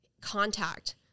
contact